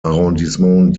arrondissement